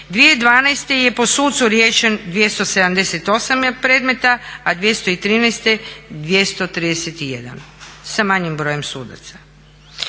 2012. je po sucu riješen 278 predmet, a 2013. 231 sa manjim brojem sudaca.